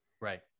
Right